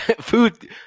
food